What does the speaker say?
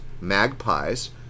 magpies